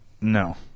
No